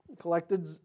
Collected